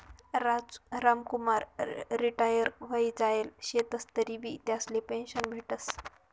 Ramkumar retire व्हयी जायेल शेतंस तरीबी त्यासले पेंशन भेटस